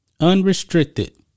Unrestricted